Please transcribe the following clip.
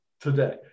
today